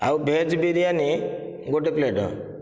ଆଉ ଭେଜ୍ ବିରିୟାନି ଗୋଟିଏ ପ୍ଲେଟ